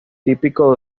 típico